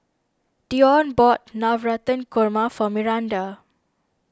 Deon bought Navratan Korma for Myranda